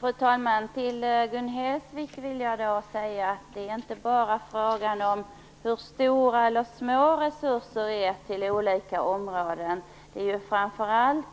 Fru talman! Till Gun Hellsvik vill jag säga att det inte bara är fråga om hur stora eller små resurser vi ger till områden. Det är framför allt